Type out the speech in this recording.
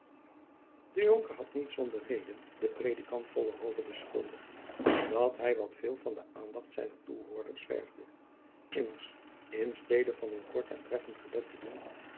de jonker had niet zonder reden den predikant vollenhove beschuldigd dat hy wat veel van de aandacht zijner toehoorders vergde immers in stede van een kort en treffend gebed te doen